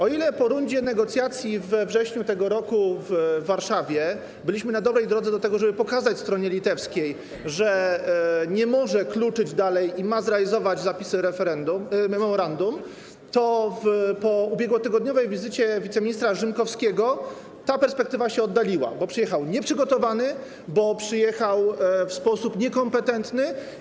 O ile po rundzie negocjacji we wrześniu tego roku w Warszawie byliśmy na dobrej drodze do tego, żeby pokazać stronie litewskiej, że nie może kluczyć dalej, że ma zrealizować zapisy memorandum, o tyle po ubiegłotygodniowej wizycie wiceministra Rzymkowskiego ta perspektywa się oddaliła, bo przyjechał nieprzygotowany, bo działał w sposób niekompetentny.